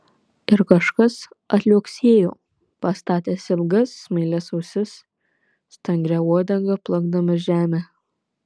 ir kažkas atliuoksėjo pastatęs ilgas smailias ausis stangria uodega plakdamas žemę